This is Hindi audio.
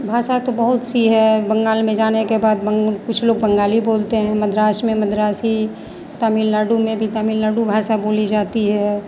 भाषा तो बहुत सी हैं बंगाल में जाने के बाद बंग कुछ लोग बंगाली बोलते हैं मद्रास में मद्रासी तमिलनाडु में भी तमिलनाडु भाषा बोली जाती है